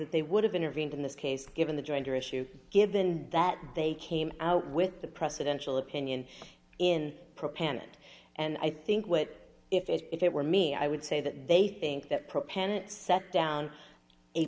that they would have intervened in this case given the jointer issue given that they came out with the presidential opinion in panic and i think what if it were me i would say that they think that propellent set down a